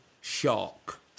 Shark